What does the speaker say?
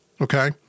Okay